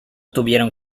tuvieron